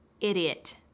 idiot